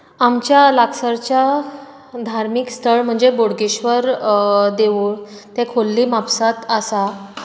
आमच्या लागसरच्या धार्मीक स्थळ म्हणजें बोडगेश्वर देवूळ खोर्ली म्हापसांत आसा